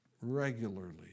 regularly